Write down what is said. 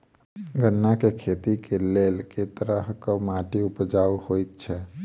गन्ना केँ खेती केँ लेल केँ तरहक माटि उपजाउ होइ छै?